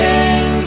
Sing